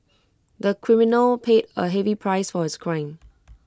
the criminal paid A heavy price for his crime